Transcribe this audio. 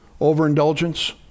Overindulgence